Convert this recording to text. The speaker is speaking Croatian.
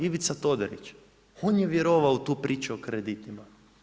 Ivica Todorić, on je vjerovao u tu priču o kreditima.